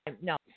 No